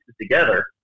together